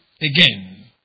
again